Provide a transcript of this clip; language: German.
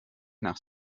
nach